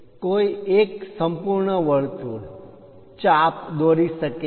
કોઈ એક સંપૂર્ણ વર્તુળ ચાપ દોરી શકે છે